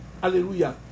hallelujah